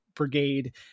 Brigade